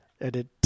edit